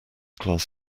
class